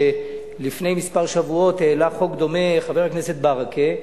שלפני שבועות מספר העלה חוק דומה חבר הכנסת ברכה.